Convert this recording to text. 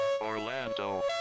Orlando